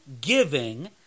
giving